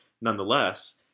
nonetheless